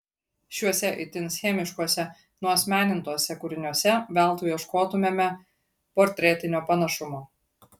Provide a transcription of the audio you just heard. šiuose itin schemiškuose nuasmenintuose kūriniuose veltui ieškotumėme portretinio panašumo